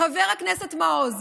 חבר הכנסת מעוז.